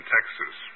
Texas